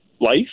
life